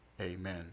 Amen